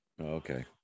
Okay